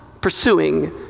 pursuing